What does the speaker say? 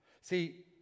See